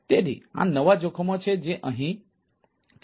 તેથી આ નવા જોખમો છે જે અહીં છે